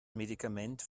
medikament